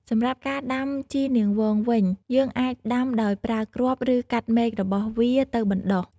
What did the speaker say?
សំរាប់ការដំាជីរនាងវងវិញ យើងអាចដាំដោយប្រើគ្រាប់ ឬកាត់មែករបស់វាទៅបណ្ដុះ។